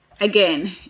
Again